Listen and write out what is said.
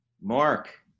Mark